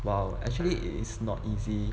!wow! actually it is not easy